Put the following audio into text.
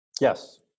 Yes